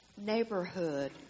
neighborhood